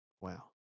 Wow